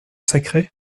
sacrée